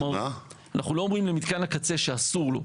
אנחנו לא אומרים למתקן הקצה שאסור לו.